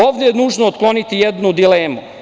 Ovde je nužno otkloniti jednu dilemu.